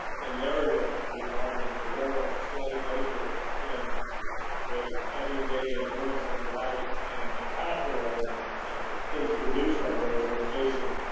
the narratives regarding the role of slave labor in the everyday endurance of life and the capital and the and the things produced on those locations,